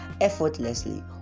effortlessly